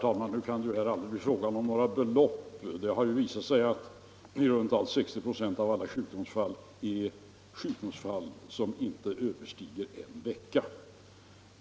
Herr talman! Det kan aldrig bli fråga om några större belopp. Det har visat sig att i runt tal 60 96 av alla sjukdomsfall inte överstiger en vecka.